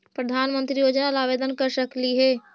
प्रधानमंत्री योजना ला आवेदन कर सकली हे?